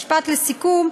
משפט לסיכום,